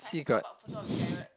see got